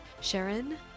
Sharon